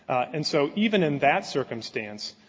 and so even in that circumstance,